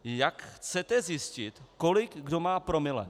Jak chcete zjistit, kolik kdo má promile?